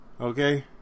okay